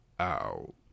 out